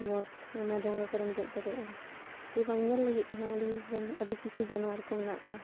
boat ᱚᱱᱟ ᱰᱷᱚᱸᱜᱟ ᱠᱚᱨᱮᱢ ᱫᱮᱡ ᱫᱟᱲᱮᱭᱟᱜᱼᱟ ᱠᱤ ᱵᱟᱝ ᱧᱮᱞ ᱞᱟᱹᱜᱤᱫ ᱛᱮᱦᱚᱸ ᱟᱹᱰᱤ ᱜᱟᱱ ᱟᱹᱰᱤ ᱠᱤᱪᱷᱩ ᱡᱟᱱᱣᱟᱨ ᱠᱚ ᱢᱮᱱᱟᱜ ᱠᱚᱣᱟ